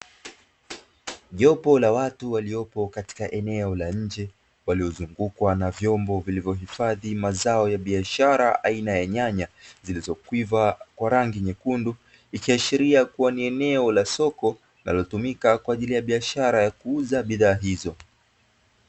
Jopo la watu waliopo katika eneo la nje, waliozungukwa na vyombo vilivyohifadhi mazao ya biashara aina ya nyanya, zilizokwiva kwa rangi nyekundu, ikiashiria ni eneo la soko, linalotumika kwa ajili ya biashara ya kuuza bidhaa hizo.